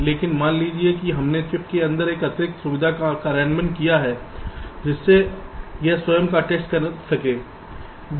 इसलिए मान लीजिए कि हमने चिप्स के अंदर एक अतिरिक्त सुविधा का कार्यान्वयन किया है जिससे यह स्वयं का टेस्ट कर सकें BIST